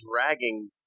dragging